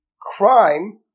crime